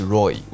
Roy 。